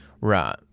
Right